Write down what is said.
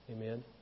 Amen